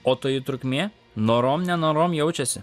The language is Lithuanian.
o toji trukmė norom nenorom jaučiasi